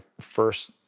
first